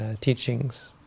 teachings